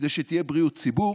כדי שתהיה בריאות ציבור,